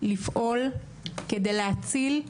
לפעול כדי להציל,